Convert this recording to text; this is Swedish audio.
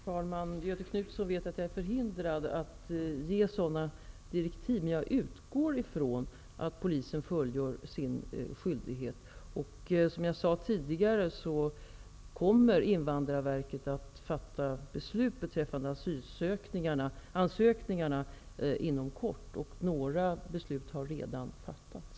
Herr talman! Göthe Knutson vet att jag är förhindrad att ge sådana direktiv. Men jag utgår från att polisen fullgör sin skyldighet. Som jag sade tidigare kommer Invandrarverket att fatta beslut beträffande asylansökningarna inom kort, och några beslut har redan fattats.